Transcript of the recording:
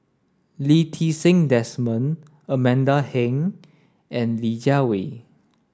Lee Ti Seng Desmond Amanda Heng and Li Jiawei